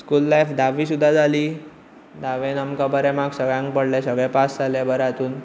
school life धाव्वी सुद्दां जाली धावेंत आमकां सगळ्यांक बरें माकर्स पडले सगळे बरें पास जाले बऱ्या हातून